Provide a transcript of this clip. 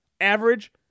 Average